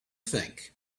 think